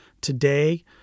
Today